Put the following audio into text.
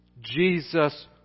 Jesus